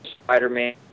Spider-Man